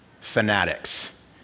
fanatics